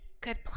good